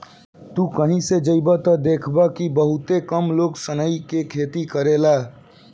तू कही भी जइब त देखब कि बहुते कम लोग सनई के खेती करेले